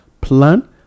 plan